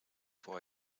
for